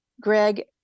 Greg